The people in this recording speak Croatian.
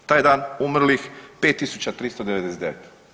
Taj dan umrlih 5399.